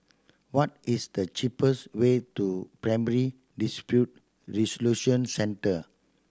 what is the cheapest way to Primary Dispute Resolution Centre